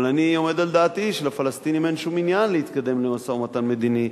אבל אני עומד על דעתי שלפלסטינים אין שום עניין להתקדם למשא-ומתן מדיני,